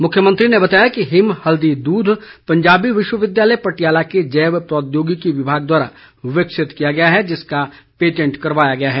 मुख्यमंत्री ने बताया कि हिम हल्दी दूध पंजाबी विश्वविद्यालय पटियाला के जैव प्रौद्योगिकी विभाग द्वारा विकसित किया गया है जिसका पेटेंट करवाया गया है